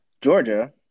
Georgia